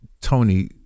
Tony